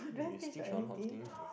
oh you stinge on a lot of thing